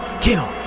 kill